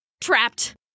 Trapped